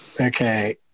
Okay